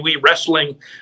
wrestling